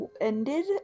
ended